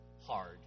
hard